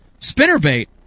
spinnerbait